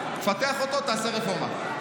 תפתח אותו ותעשה רפורמה,